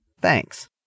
Thanks